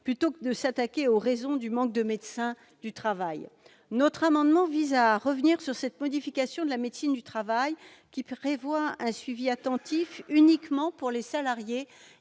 plutôt que de s'attaquer aux raisons de la pénurie de médecins du travail. Notre amendement vise à revenir sur cette modification de la médecine du travail, qui prévoit un suivi attentif uniquement pour les salariés